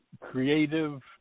creative